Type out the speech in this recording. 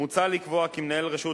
מוצע לקבוע כי מנהל רשות